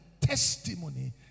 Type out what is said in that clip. testimony